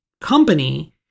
company